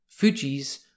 Fujis